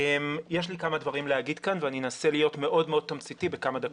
יש לי כמה דברים לומר כאן ואני אנסה להיות מאוד מאוד תמציתי בכמה דקות.